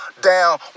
down